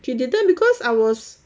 she didn't because I was